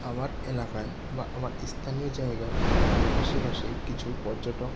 আমার এলাকায় বা আমার স্থানীয় জায়গায় আশেপাশে কিছু পর্যটক